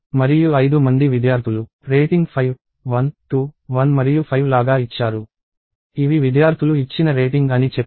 మరియు 5 మంది విద్యార్థులు రేటింగ్ 5 1 2 1 మరియు 5 లాగా ఇచ్చారు ఇవి విద్యార్థులు ఇచ్చిన రేటింగ్ అని చెప్పండి